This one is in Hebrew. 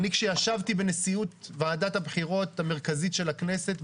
כשישבתי בנשיאות ועדת הבחירות המרכזית של הכנסת,